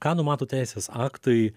ką numato teisės aktai